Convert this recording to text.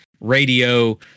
radio